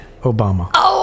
Obama